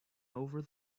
over